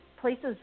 places